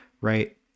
Right